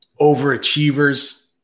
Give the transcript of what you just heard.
overachievers